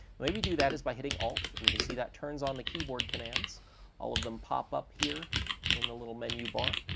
the way we do that is by hitting alt, and you can see that turns on the keyboard commands all of them pop up here in the little menu bar.